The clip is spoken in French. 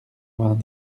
vingt